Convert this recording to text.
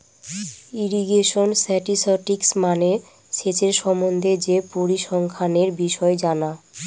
irrigation statistics মানে সেচের সম্বন্ধে যে পরিসংখ্যানের বিষয় জানা